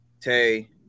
Tay